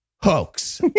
hoax